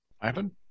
Ivan